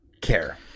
care